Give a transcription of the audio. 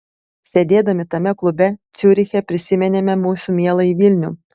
sėdėdami tame klube ciuriche prisiminėme mūsų mieląjį vilnių